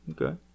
Okay